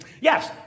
Yes